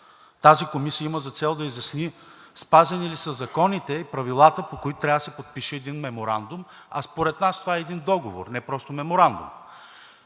Тази комисия има за цел да изясни спазени ли са законите и правилата, по които трябва да се подпише един меморандум, а според нас това е един договор, не просто меморандум.